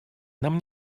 нам